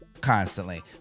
constantly